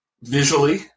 visually